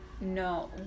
no